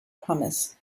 promise